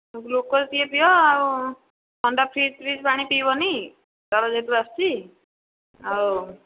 glucose ଟିକିଏ ପିଅ ଆଉ ଥଣ୍ଡା ଫ୍ରିଜ୍ ଫ୍ରିଜ୍ ପାଣି ପିଇବନି ଜ୍ଵର ଯେହେତୁ ଆସୁଛି ଆଉ